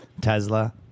Tesla